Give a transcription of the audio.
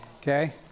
okay